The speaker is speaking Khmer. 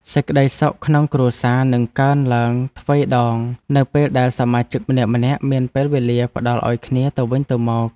សេចក្តីសុខក្នុងគ្រួសារនឹងកើនឡើងទ្វេដង នៅពេលដែលសមាជិកម្នាក់ៗមានពេលវេលាផ្តល់ឱ្យគ្នាទៅវិញទៅមក។